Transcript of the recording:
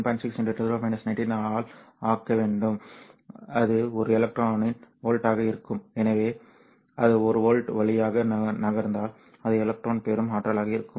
6 x 10 19 ஆல் வகுக்க வேண்டும் அது ஒரு எலக்ட்ரானின் வோல்ட்டாக இருக்கும் எனவே அது ஒரு வோல்ட் வழியாக நகர்ந்தால் அது எலக்ட்ரான் பெறும் ஆற்றலாக இருக்கும்